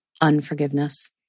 unforgiveness